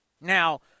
Now